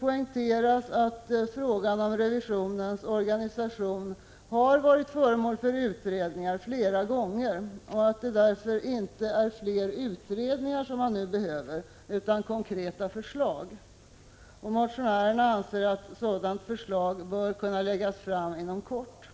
poängteras att frågan om revisionens organisation har varit föremål för ett flertal utredningar och att det nu därför inte är fler utredningar som behövs utan konkreta förslag. Motionärerna anser att ett sådant förslag bör kunna läggas fram inom kort.